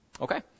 okay